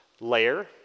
layer